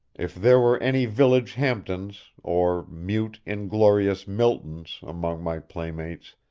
if there were any village hampdens, or mute, inglorious miltons among my playmates,